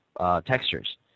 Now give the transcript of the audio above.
textures